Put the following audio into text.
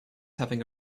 having